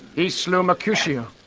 he slew mercutio.